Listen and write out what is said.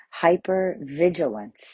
hypervigilance